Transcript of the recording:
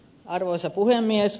arvoisa puhemies